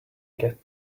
get